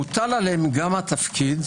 מוטל עליהם גם התפקיד,